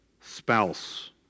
spouse